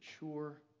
mature